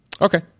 okay